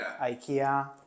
IKEA